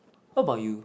how about you